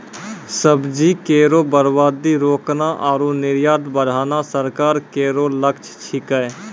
सब्जी केरो बर्बादी रोकना आरु निर्यात बढ़ाना सरकार केरो लक्ष्य छिकै